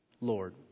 Lord